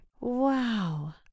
Wow